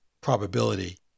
probability